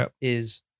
is-